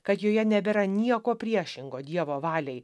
kad joje nebėra nieko priešingo dievo valiai